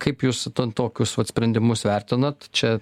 kaip jūs ten tokius pat sprendimus vertinat čia